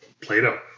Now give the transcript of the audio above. Plato